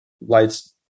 lights